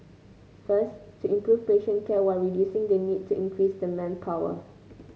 first to improve patient care while reducing the need to increase manpower